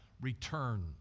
return